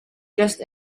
just